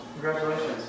Congratulations